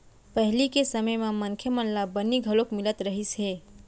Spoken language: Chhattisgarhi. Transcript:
पहिली के समे म मनखे मन ल बनी घलोक मिलत रहिस हे